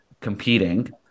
competing